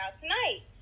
tonight